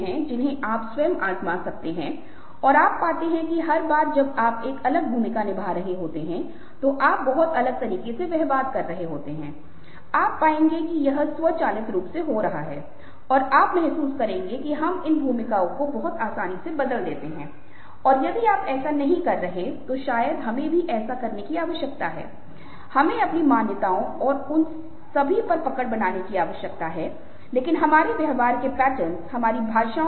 और जब आप ऐसा करते हैं तो आप पाते हैं कि विभिन्न भावनाओं को समझाने की आपकी क्षमता को बार बार परखा जाता है जब तक कि आप परिपक्वता के एक निश्चित स्तर तक नहीं पहुँच जाते और फिर आप को चेहरे की भावनाओं को समझने में एक प्रमाणित प्रशिक्षु का दर्जा दिया गया